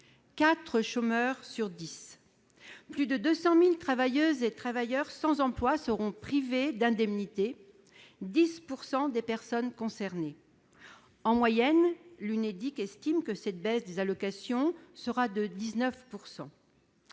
chômeurs sur dix ! Plus de 200 000 travailleuses et travailleurs sans emploi seront privés d'indemnités, soir 10 % des personnes concernées. En moyenne, l'Unédic estime que la baisse des allocations atteindra 19 %.